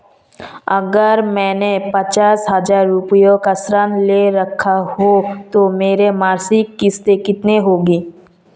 अगर मैंने पचास हज़ार रूपये का ऋण ले रखा है तो मेरी मासिक किश्त कितनी होगी?